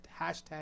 Hashtag